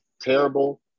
terrible